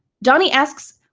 donnie asks,